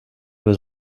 was